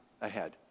ahead